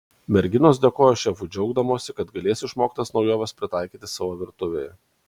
merginos dėkojo šefui džiaugdamosi kad galės išmoktas naujoves pritaikyti savo virtuvėje